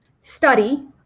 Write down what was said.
study